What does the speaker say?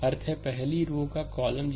तो यह पहली पंक्ति है और यह पहला कॉलम है